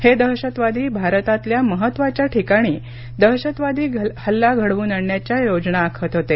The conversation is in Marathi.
हे दहशतवादी भारतातल्या महत्त्वाच्या ठिकाणी दहशतवादी हल्ला घडवून आणण्याची योजना आखत होते